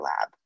lab